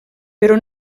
però